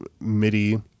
midi